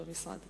במשרד,